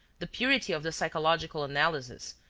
the purity of the psychological analysis,